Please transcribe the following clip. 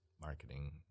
marketing